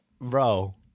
Bro